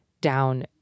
down